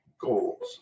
goals